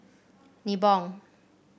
Nibong